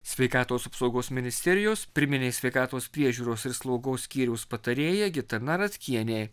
sveikatos apsaugos ministerijos pirminės sveikatos priežiūros ir slaugos skyriaus patarėja gitana ratkienė